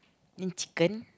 and chicken